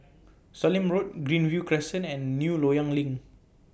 Sallim Road Greenview Crescent and New Loyang LINK